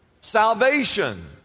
Salvation